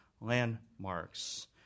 landmarks